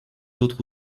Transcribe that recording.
autres